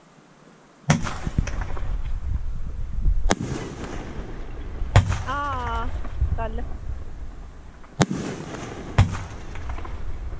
आं कल्ल